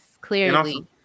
Clearly